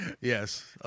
Yes